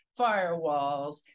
firewalls